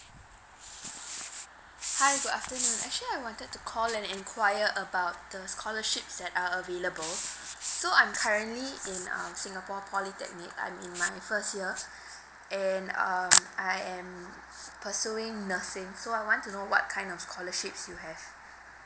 hi good afternoon actually I wanted to call and enquire about the scholarships that are available so I'm currently in uh singapore polytechnic I'm in my first year and um I am pursuing nursing so I want to know what kind of scholarships you have